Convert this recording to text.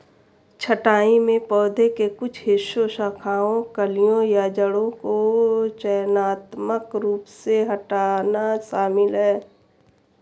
छंटाई में पौधे के कुछ हिस्सों शाखाओं कलियों या जड़ों को चयनात्मक रूप से हटाना शामिल है